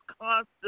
constant